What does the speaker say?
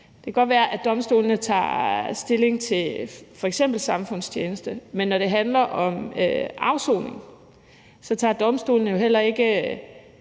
godt kan være, at domstolene tager stilling til f.eks. samfundstjeneste, men når det handler om afsoning, tager domstolene jo heller ikke